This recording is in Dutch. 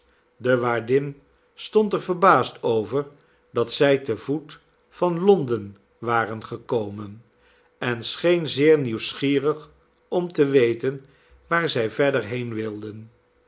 de waardin stond er verbaasd over dat zij te voet van l o n d e n waren gekomen en scheen zeer nieuwsgierig om te weten waar zij verder heen wilden